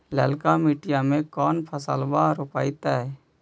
ललका मटीया मे कोन फलबा रोपयतय?